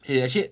it actually